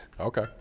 Okay